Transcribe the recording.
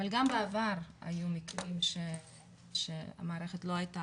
אבל גם בעבר היו מקרים שהמערכת לא היתה